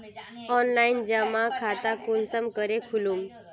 Online जमा खाता कुंसम करे खोलूम?